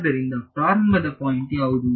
ಆದ್ದರಿಂದ ಪ್ರಾರಂಭದ ಪಾಯಿಂಟು ಯಾವುದು